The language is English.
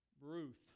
Ruth